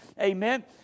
Amen